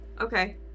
Okay